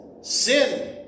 sin